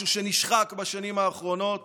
משהו שנשחק בשנים האחרונות